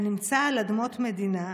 הנמצא על אדמות מדינה,